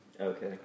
Okay